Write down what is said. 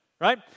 Right